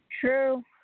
True